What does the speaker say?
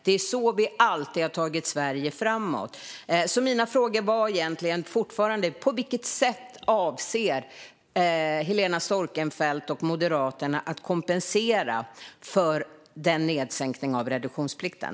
Det är så vi alltid har tagit Sverige framåt. Min fråga är fortfarande: På vilket sätt avser Helena Storckenfeldt och Moderaterna att kompensera för minskningen av reduktionsplikten?